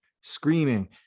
screaming